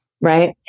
right